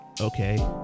okay